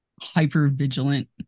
hyper-vigilant